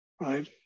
right